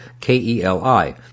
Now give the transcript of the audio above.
K-E-L-I